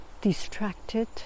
distracted